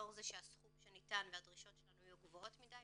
לאור זה שהסכום שניתן והדרישות שלנו היו גבוהות מדי,